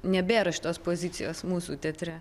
nebėra šitos pozicijos mūsų teatre